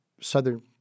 Southern